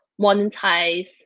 monetize